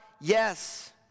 Yes